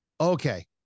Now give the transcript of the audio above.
okay